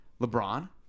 LeBron